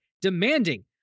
demanding